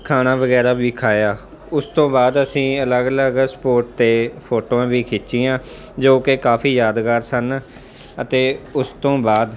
ਖਾਣਾ ਵਗੈਰਾ ਵੀ ਖਾਇਆ ਉਸ ਤੋਂ ਬਾਅਦ ਅਸੀਂ ਅਲੱਗ ਅਲੱਗ ਸਪੋਟ 'ਤੇ ਫੋਟੋਆਂ ਵੀ ਖਿੱਚੀਆਂ ਜੋ ਕਿ ਕਾਫੀ ਯਾਦਗਾਰ ਸਨ ਅਤੇ ਉਸ ਤੋਂ ਬਾਅਦ